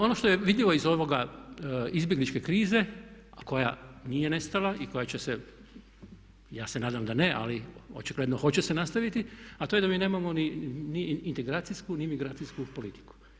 Ono što je vidljivo iz ovoga, izbjegličke krize a koja nije nestala i koja će se, ja se nadam da ne ali očigledno hoće se nastaviti a to je da mi nemamo ni integracijsku ni migracijsku politiku.